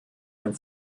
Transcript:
dem